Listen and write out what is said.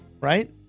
right